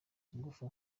ingufu